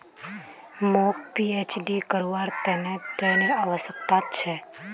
मौक पीएचडी करवार त न ऋनेर आवश्यकता छ